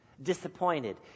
disappointed